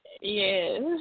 yes